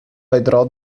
vedrò